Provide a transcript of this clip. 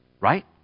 Right